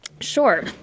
sure